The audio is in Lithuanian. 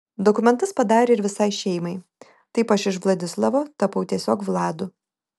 dokumentus padarė ir visai šeimai taip aš iš vladislavo tapau tiesiog vladu